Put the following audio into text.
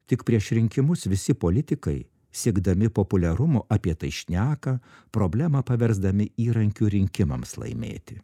tik prieš rinkimus visi politikai siekdami populiarumo apie tai šneka problemą paversdami įrankiu rinkimams laimėti